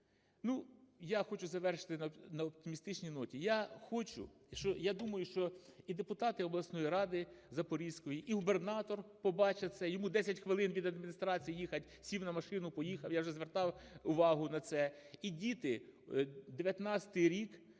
Я хочу завершити на оптимістичній ноті. Я хочу, я думаю, що і депутати обласної ради Запорізької, і губернатор побачить це. Йому десять хвилин від адміністрації їхати, сів на машину – поїхав, я вже звертав увагу на це. І діти 19-й рік